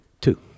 Two